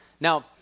Now